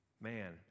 Man